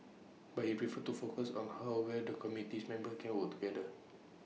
but he preferred to focus on how well the committees members can work together